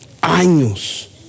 años